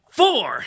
four